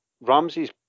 Ramsey's